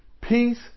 Peace